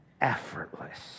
effortless